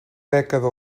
dècada